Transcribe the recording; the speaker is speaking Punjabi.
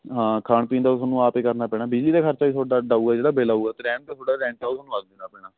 ਹਾਂ ਖਾਣ ਪੀਣ ਦਾ ਤੁਹਾਨੂੰ ਆਪ ਏ ਕਰਨਾ ਪੈਣਾ ਬਿਜਲੀ ਦਾ ਖ਼ਰਚਾ ਵੀ ਤੁਹਾਡਾ ਅੱਡ ਆਊਗਾ ਜਿਹੜਾ ਬਿਲ ਆਊਗਾ ਅਤੇ ਰਹਿਣ ਦਾ ਤੁਹਾਡਾ ਰੈਂਟ ਆਊਗਾ ਤੁਹਾਨੂੰ ਆਪ ਦੇਣਾ ਪੈਣਾ